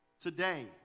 Today